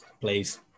please